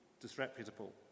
disreputable